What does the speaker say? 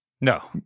No